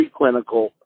preclinical